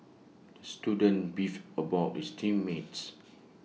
the student beefed about his team mates